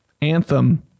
Anthem